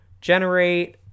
generate